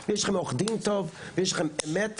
יש לכם עו"ד טוב ויש לכם אמת,